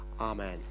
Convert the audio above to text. Amen